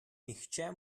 nihče